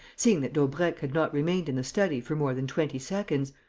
seeing that daubrecq had not remained in the study for more than twenty seconds,